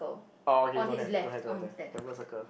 oh okay don't have don't have don't have don't have can put a circle